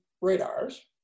radars